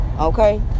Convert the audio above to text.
okay